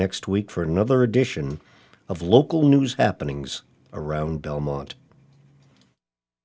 next week for another edition of local news happenings around belmont